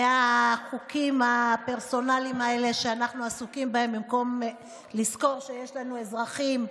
מהחוקים הפרסונליים האלה שאנחנו עסוקים בהם במקום לזכור שיש לנו אזרחים,